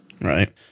right